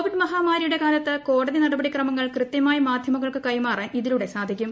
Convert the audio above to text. Covid മഹാമാരിയുടെ കാലത്തു കോടതി ്നടപടിക്രമങ്ങൾ കൃത്യമായി മാധ്യമങ്ങൾക്കു കൈമാറാൻ ഇതിലൂടെ സാധിക്കും